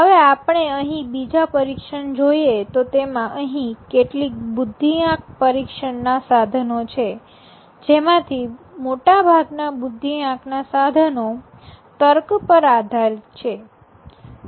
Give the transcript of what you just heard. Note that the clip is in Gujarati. હવે આપણે અહીં બીજા પરીક્ષણ જોઈએ તો તેમાં અહીં કેટલીક બુદ્ધિઆંક પરીક્ષણ ના સાધનો છે જેમાંથી મોટાભાગના બુદ્ધિઆંક ના સાધનો તર્ક પર આધારિત છે